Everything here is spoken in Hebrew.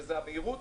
שזה המהירות,